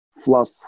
fluff